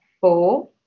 four